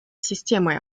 системой